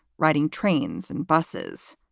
riding trains and buses.